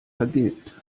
vergilbt